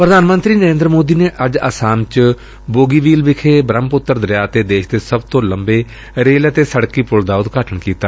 ਪ੍ਧਾਨ ਮੰਤਰੀ ਨਰੇਂਦਰ ਮੋਦੀ ਨੇ ਅੱਜ ਆਸਾਮ ਚ ਬੋਗੀਬੀਲ ਵਿਖੇ ਬ੍ਹਮਪੁੱਤਰ ਦਰਿਆ ਤੇ ਦੇਸ਼ ਦੇ ਸਭ ਤੋਂ ਲੰਬੇ ਰੇਲ ਅਤੇ ਸੜਕੀ ਪੁਲ ਦਾ ਉਦਘਾਟਨ ਕੀਤਾ